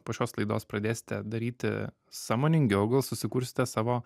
po šios laidos pradėsite daryti sąmoningiau gal susikursite savo